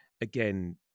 again